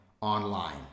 online